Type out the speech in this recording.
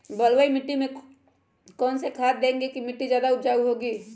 बलुई मिट्टी में कौन कौन से खाद देगें की मिट्टी ज्यादा उपजाऊ होगी?